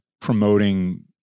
promoting